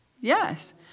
Yes